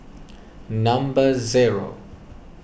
number zero